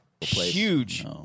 Huge